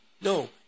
No